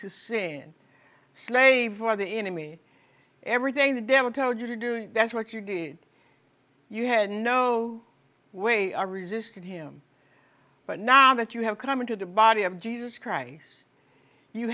to sin slavery are the enemy everything the devil told you to do that's what you did you had no way resisted him but now that you have come into the body of jesus christ you